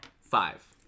Five